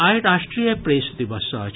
आइ राष्ट्रीय प्रेस दिवस अछि